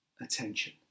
attention